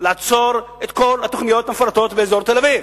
לעצור את כל התוכניות המפורטות באזור תל-אביב,